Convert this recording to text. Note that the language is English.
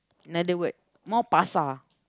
another word more pasar